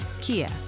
Kia